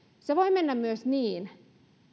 se voi mennä myös niin